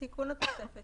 תיקון התוספת